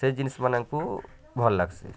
ସେ ଜିନିଷ୍ ମାନକୁ ଭଲ୍ ଲାଗସି